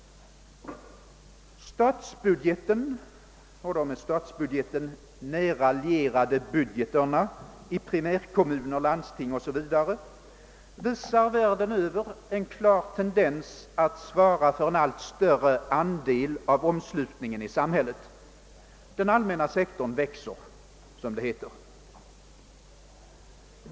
Statsbudgeten och de med statsbudgeten nära lierade budgeterna i primärkommuner och landsting visar världen över en klar tendens att svara för en allt större andel av omslutningen i samhället. Den allmänna sektorn växer, som det heter.